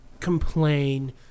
Complain